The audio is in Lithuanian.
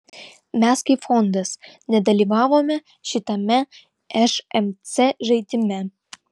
mes kaip fondas nedalyvavome šitame šmc žaidime